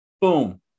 Boom